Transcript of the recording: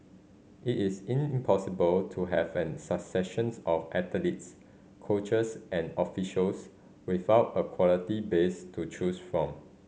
it is impossible to have a succession of athletes coaches and officials without a quality base to choose from